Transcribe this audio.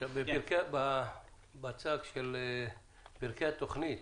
בשקף של פרקי התוכנית,